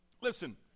Listen